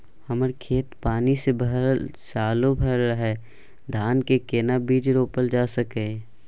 हमर खेत पानी से भरल सालो भैर रहैया, धान के केना बीज रोपल जा सकै ये?